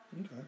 Okay